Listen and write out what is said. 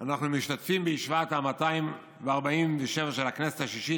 אנחנו משתתפים בישיבה המאתיים-וארבעים-ושבע של הכנסת השישית,